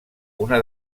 una